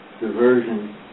diversion